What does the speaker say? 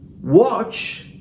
watch